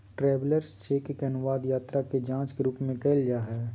travellers cheque के अनुवाद यात्रा के जांच के रूप में कइल जा हइ